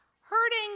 hurting